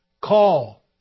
call